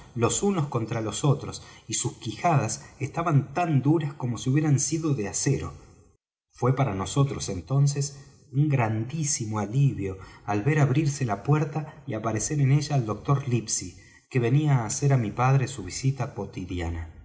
los unos contra los otros y sus quijadas estaban tan duras como si hubieran sido de acero fué para nosotros entonces un grandísimo alivio el ver abrirse la puerta y aparecer en ella al doctor livesey que venía á hacer á mi padre su visita cuotidiana